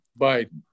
Biden